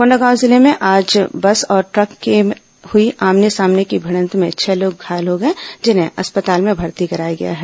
कोंडागांव जिले में आज बस और ट्रक में हुई आमने सामने की भिडंत में छह लोग घायल हो गए जिन्हें अस्पताल में भर्ती कराया गया है